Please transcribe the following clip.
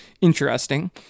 interesting